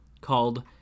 called